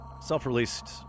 Self-released